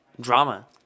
Drama